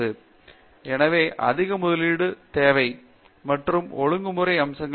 பேராசிரியர் பிரதாப் ஹரிதாஸ் எனவே அதிக முதலீட்டு நேரம் மற்றும் பல ஒழுங்குமுறை அம்சங்கள்